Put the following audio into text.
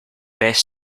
best